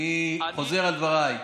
אני חוזר על דבריי.